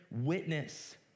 witness